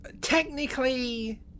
Technically